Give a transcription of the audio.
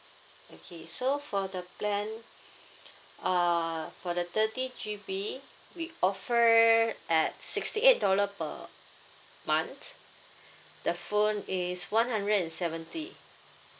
okay so for the plan uh for the thirty G_B we offer at sixty eight dollar per month the phone is one hundred and seventy